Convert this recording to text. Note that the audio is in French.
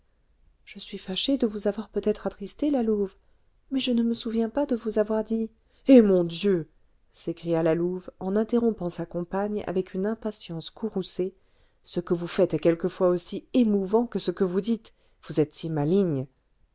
je suis fâchée de vous avoir peut-être attristée la louve mais je ne me souviens pas de vous avoir dit eh mon dieu s'écria la louve en interrompant sa compagne avec une impatience courroucée ce que vous faites est quelquefois aussi émouvant que ce que vous dites vous êtes si maligne